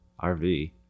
rv